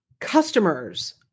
Customers